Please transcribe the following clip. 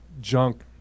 junk